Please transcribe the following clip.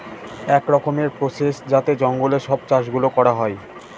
এক রকমের প্রসেস যাতে জঙ্গলে সব চাষ গুলো করা হয়